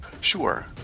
Sure